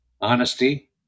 honesty